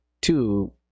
two